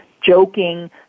Joking